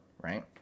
right